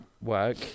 work